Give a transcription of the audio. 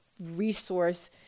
resource